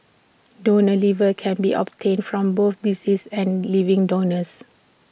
donor livers can be obtained from both deceased and living donors